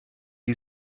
die